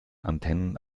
antennen